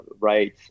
right